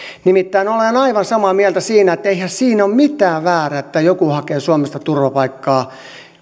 nimittäin olen aivan samaa mieltä siinä että eihän siinä ole mitään väärää että joku hakee suomesta turvapaikkaa